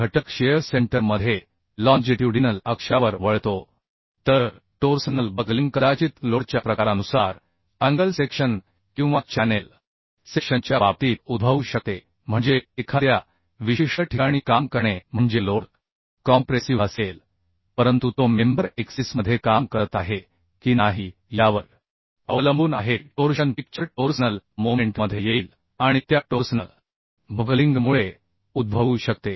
घटक shear center मधे longitudinal अक्षावर वळतो तर टोर्सनल बकलिंग कदाचित लोडच्या प्रकारानुसार अँगल सेक्शन किंवा चॅनेल सेक्शनच्या बाबतीत उद्भवू शकते म्हणजे एखाद्या विशिष्ट ठिकाणी काम करणे म्हणजे लोडकॉम्प्रेसिव्ह असेल परंतु तो मेंबर एक्सिसमध्ये काम करत आहे की नाही यावर अवलंबून आहे की टोर्शन पिक्चर टोर्सनल मोमेंटमध्ये येईल आणि त्या टोर्सनल बकलिंगमुळे उद्भवू शकते